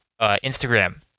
Instagram